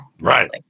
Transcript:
right